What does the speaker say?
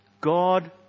God